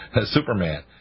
superman